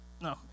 no